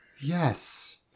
Yes